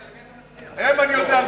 הם, אני יודע,